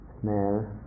smell